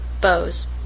bows